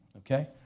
okay